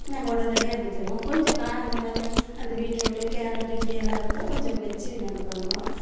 நாங்கள் உடனடியா விற்றுருவோம் கொஞ்சம் காஞ்ச மாதிரி அந்த பீட்ரூட்டு கேரட்டு இப்படியெல்லாம் இருந்தால் கொஞ்சம் வைச்சு நாங்கள் பண்ணுவோம்